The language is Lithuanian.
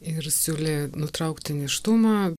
ir siūlė nutraukti nėštumą